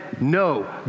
no